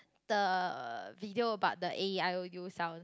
the video about the A E I O U sounds